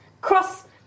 cross